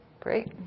Great